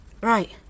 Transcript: Right